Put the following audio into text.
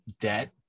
debt